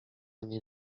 nie